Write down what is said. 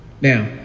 Now